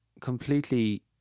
completely